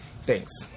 Thanks